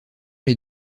les